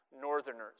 northerners